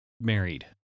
married